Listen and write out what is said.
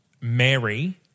Mary